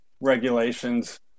regulations